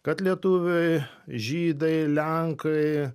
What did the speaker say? kad lietuviai žydai lenkai